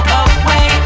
away